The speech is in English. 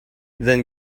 then